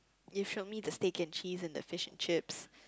you showed me the steak and cheese and the fish and chips